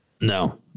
No